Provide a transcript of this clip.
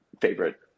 favorite